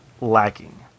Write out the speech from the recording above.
lacking